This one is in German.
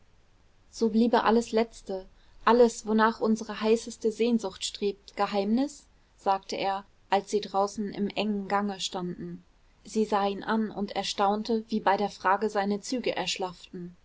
so bliebe alles letzte alles wonach unsere heißeste sehnsucht strebt geheimnis sagte er als sie draußen im engen gange standen sie sah ihn an und erstaunte wie bei der frage seine züge erschlafften